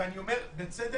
ואני אומר: בצדק,